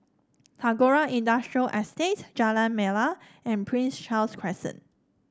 Tagore Industrial Estate Jalan Melor and Prince Charles Crescent